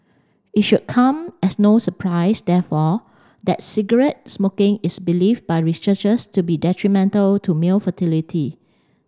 it should come as no surprise therefore that cigarette smoking is believed by researchers to be detrimental to male fertility